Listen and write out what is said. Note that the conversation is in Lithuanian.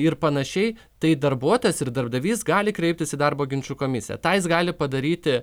ir panašiai tai darbuotojas ir darbdavys gali kreiptis į darbo ginčų komisiją tą jis gali padaryti